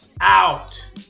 out